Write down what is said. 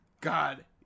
God